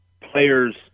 players